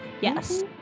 Yes